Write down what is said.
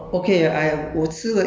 然后 uh